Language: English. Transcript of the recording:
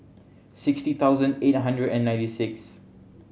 sixty thousand eight hundred and ninety six